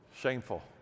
Shameful